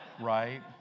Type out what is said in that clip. right